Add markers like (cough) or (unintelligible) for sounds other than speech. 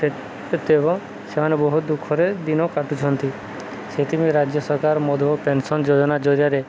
(unintelligible) ସେମାନେ ବହୁତ ଦୁଃଖରେ ଦିନ କାଟୁଛନ୍ତି ସେଥିପାଇଁ ରାଜ୍ୟ ସରକାର ମଧୁବାବୁ ପେନ୍ସନ୍ ଯୋଜନା ଯୋଜାରେ